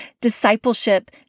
Discipleship